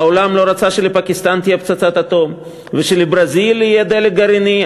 העולם לא רצה שלפקיסטן תהיה פצצת אטום ושלברזיל יהיה דלק גרעיני,